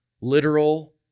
literal